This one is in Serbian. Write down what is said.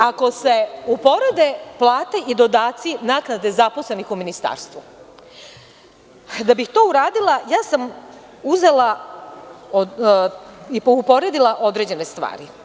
Ako se uporede plate i dodaci naknade zaposlenih u ministarstvu, da bih to uradila, ja sam uzela i uporedila određene stvari.